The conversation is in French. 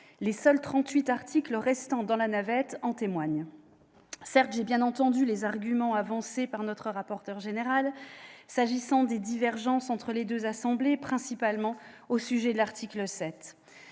le nombre d'articles restant en navette : 38 seulement. Certes, j'ai bien entendu les arguments avancés par le rapporteur général du Sénat s'agissant des divergences entre les deux assemblées, principalement au sujet de l'article 7.